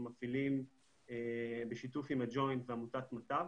מפעילים בשיתוף עם הג'וינט ועמותת מטב.